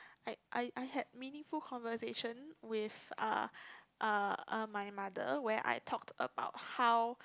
I I I had meaningful conversation with uh uh uh my mother where I talked about how